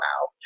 wow